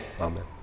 Amen